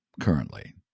currently